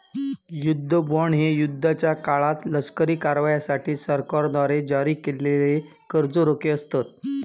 युद्ध बॉण्ड हे युद्धाच्या काळात लष्करी कारवायांसाठी सरकारद्वारे जारी केलेले कर्ज रोखे असतत